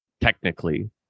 technically